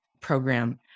program